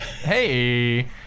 Hey